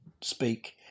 speak